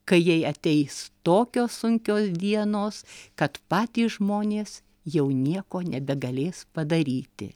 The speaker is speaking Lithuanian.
kai jai ateis tokios sunkios dienos kad patys žmonės jau nieko nebegalės padaryti